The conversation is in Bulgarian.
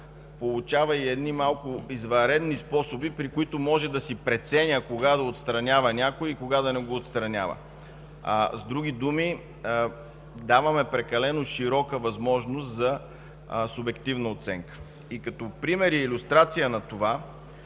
получава малко извънредни способи, при които може да преценява кога да отстранява някой и кога да не го отстранява. С други думи, даваме прекалено широка възможност за субективна оценка. Като пример и илюстрация на това